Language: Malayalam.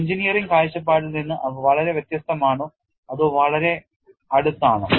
എഞ്ചിനീയറിംഗ് കാഴ്ചപ്പാടിൽ നിന്ന് അവ വളരെ വ്യത്യസ്തമാണോ അതോ വളരെ അടുത്താണോ